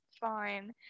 fine